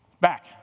Back